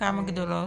כמה גדולות?